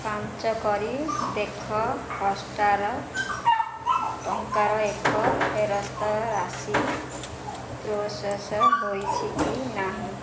ପାଞ୍ଚ କରି ଦେଖ ହଟ୍ ଷ୍ଟାର୍ ଟଙ୍କାର ଏକ ଫେରସ୍ତ ରାଶି ପ୍ରୋସେସ୍ ହୋଇଛି କି ନାହିଁ